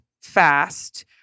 fast